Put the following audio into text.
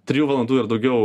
trijų valandų ir daugiau